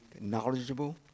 knowledgeable